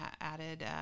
added